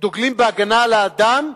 דוגלים בהגנה על האדם,